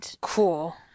Cool